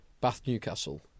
Bath-Newcastle